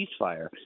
ceasefire